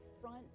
front